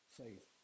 faith